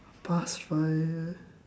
past five